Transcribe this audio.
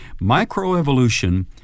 Microevolution